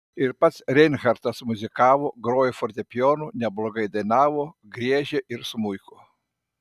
ir pats reinhartas muzikavo grojo fortepijonu neblogai dainavo griežė ir smuiku